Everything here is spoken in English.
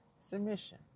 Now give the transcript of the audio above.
submission